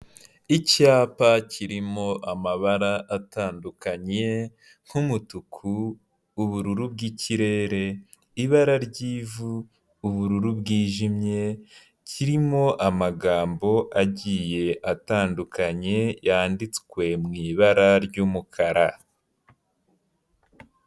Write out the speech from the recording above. Icyapa kirimo amabara atandukanye nk'umutuku, ubururu bw'ikirere, ibara ry'ivu, ubururu bwijimye, kirimo amagambo agiye atandukanye yanditswe mu ibara ry'umukara.